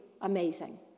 amazing